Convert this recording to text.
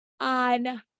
on